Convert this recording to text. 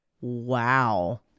wow